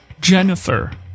Jennifer